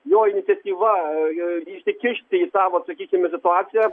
jo iniciatyva jo įsikišti į tą va sakykim situaciją